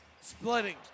Splitting